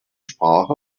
sprache